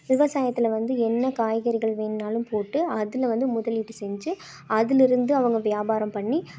விவசாயத்தில் வந்து என்ன காய்கறிகள் வேணும்னாலும் போட்டு அதில் வந்து முதலீடு செஞ்சு அதுலேருந்து அவங்க வியாபாரம் பண்ணி